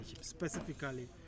specifically